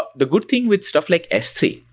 but the good thing with stuff like s three,